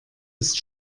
ist